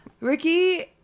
Ricky